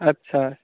अच्छा